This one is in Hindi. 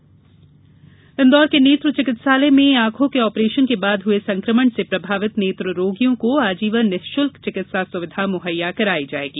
नेत्र पीड़ित सहायता इंदौर के नेत्र चिकित्सालय में आंखों के आपरेशन के बाद हुए संकमण से प्रभावित नेत्ररोगियों को अजीवन निःशुल्क चिकित्सा सुविधा मुहैया कराई जायेगी